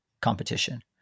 competition